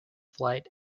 flight